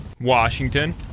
Washington